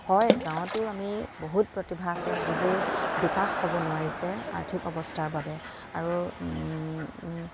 হয় গাঁৱতো আমি বহুত প্ৰতিভা আছে যিবোৰ বিকাশ হ'ব নোৱাৰিছে আৰ্থিক অৱস্থাৰ বাবে আৰু